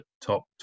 top